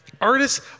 Artists